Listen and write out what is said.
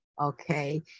okay